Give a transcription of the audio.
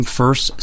first